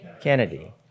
Kennedy